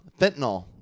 fentanyl